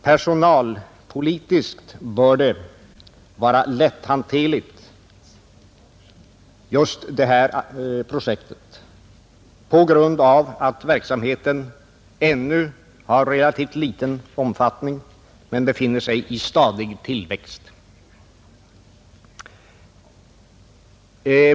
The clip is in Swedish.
Personalpolitiskt bör detta projekt vara lätthanterligt på grund av att verksamheten ännu har relativt liten omfattning men befinner sig i stadig tillväxt.